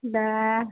दा